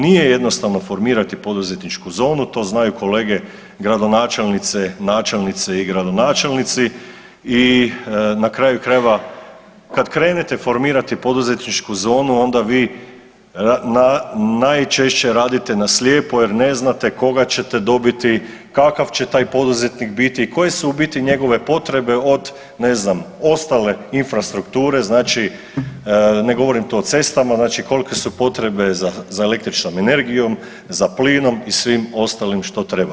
Nije jednostavno formirati poduzetničku zonu, to znaju kolege gradonačelnice, načelnice i gradonačelnici i na kraju krajeva, kad krenete formirati poduzetničku zonu, onda vi najčešće radite na slijepo jer ne znate koga ćete dobiti, kakav će taj poduzetnik biti, koje su u biti njegove potrebe, od ne znam, ostale infrastrukture, znači ne govorim to o cestama, znači kolike su potrebe za električnom energijom, za plinom i svim ostalim što treba.